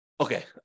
Okay